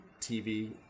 TV